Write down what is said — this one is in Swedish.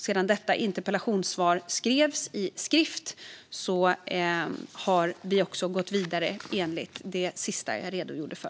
Regeringen har även gått vidare enligt det som jag nu sist redogjorde för.